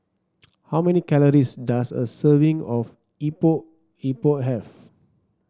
how many calories does a serving of Epok Epok have